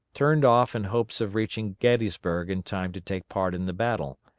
turned off in hopes of reaching gettysburg in time to take part in the battle.